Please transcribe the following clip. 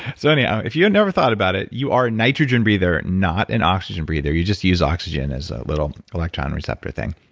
so anyhow, if you have and never thought about it, you are a nitrogen breather, not an oxygen breather. you just use oxygen as a little electron receptor thing.